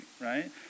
right